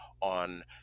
on